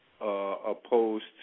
opposed